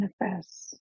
manifests